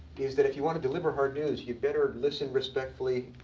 is that if you want to deliver hard news, you better listen respectfully,